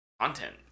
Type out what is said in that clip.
content